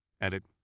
Edit